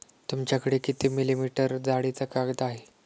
तुमच्याकडे किती मिलीमीटर जाडीचा कागद आहे?